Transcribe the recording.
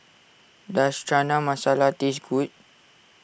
does Chana Masala taste good